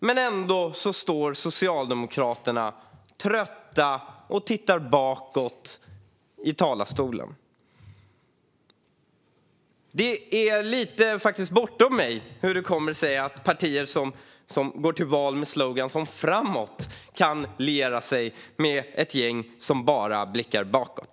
Men ändå står Socialdemokraterna trötta i talarstolen och tittar bakåt. Det är faktiskt lite bortom mig hur det kommer sig att partier som går till val med sloganen framåt kan liera sig med ett gäng som bara blickar bakåt.